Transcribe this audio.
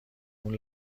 اون